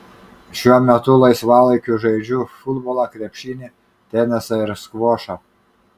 šiuo metu laisvalaikiu žaidžiu futbolą krepšinį tenisą ir skvošą